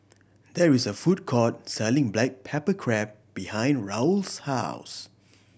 there is a food court selling black pepper crab behind Raul's house